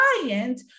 client